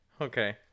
okay